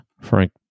Frank